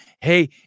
Hey